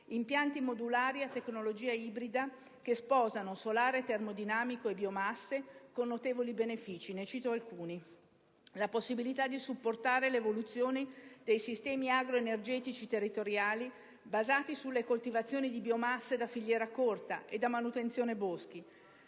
impianti modulari a tecnologia ibrida che sposano solare termodinamico e biomasse, con notevoli benefici. Ne ricordo alcuni: la possibilità di supportare l'evoluzione dei sistemi agro-energetici territoriali basati sulle coltivazioni di biomasse da "filiera corta" e da manutenzione boschi;